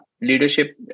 leadership